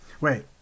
Wait